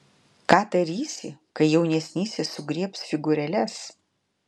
ką darysi kai jaunesnysis sugriebs figūrėles